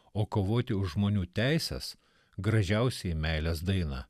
o kovoti už žmonių teises gražiausiai meilės dainą